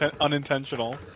unintentional